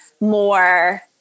more